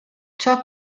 ciò